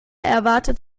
erwartet